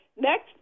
Next